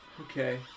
Okay